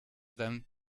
than